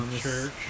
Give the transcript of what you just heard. Church